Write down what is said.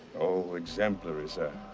oh, exemplary, sir.